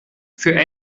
für